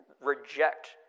reject